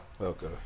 Okay